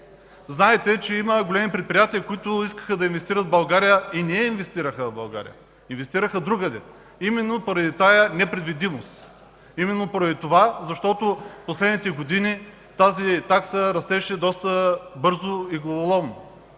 Знаете, че има големи предприятия, които искаха да инвестират в България, но не инвестираха в България, а другаде, именно поради тази непредвидимост, именно защото през последните години тази такса растеше доста бързо и главоломно.